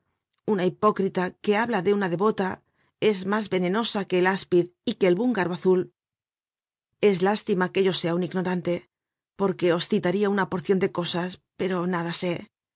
una hipócrita que habla de una devota es mas venenosa que el áspid y que el húngaro azul es lástima que yo sea un ignorante porque os citaria una porcion de cosas pero nada sé